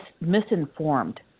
misinformed